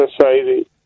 society